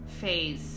phase